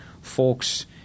folks